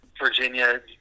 Virginia